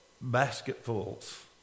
basketfuls